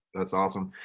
that's awesome.